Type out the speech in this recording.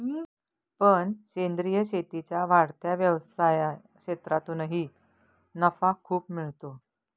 पण सेंद्रीय शेतीच्या वाढत्या व्यवसाय क्षेत्रातूनही नफा खूप मिळतो